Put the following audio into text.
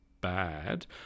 bad